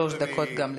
שלוש דקות גם לרשותך.